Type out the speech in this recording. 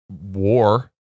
war